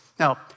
Now